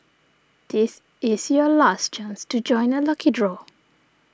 this is your last chance to join the lucky draw